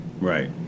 Right